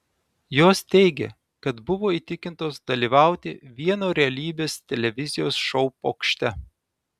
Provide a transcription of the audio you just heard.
jos teigė kad buvo įtikintos dalyvauti vieno realybės televizijos šou pokšte